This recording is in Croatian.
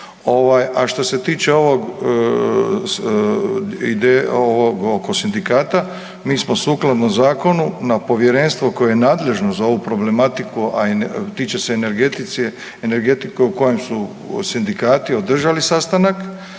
A što se tiče ovog oko sindikata, mi smo sukladno zakonu na povjerenstvu koje je nadležno za ovu problematiku, a i tiče se energetike u kojem su sindikati održali sastanak,